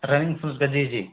running shoes का जी जी